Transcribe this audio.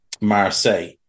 Marseille